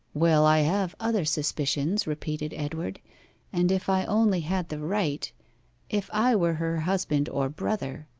well, i have other suspicions repeated edward and if i only had the right if i were her husband or brother,